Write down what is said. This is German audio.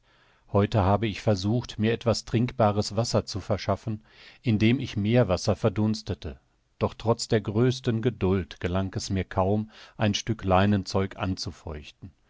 heute habe ich versucht mir etwas trinkbares wasser zu verschaffen indem ich meerwasser verdunstete doch trotz der größten geduld gelang es mir kaum ein stück leinenzeug anzufeuchten